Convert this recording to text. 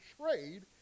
trade